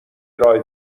ارائه